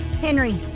Henry